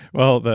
well, but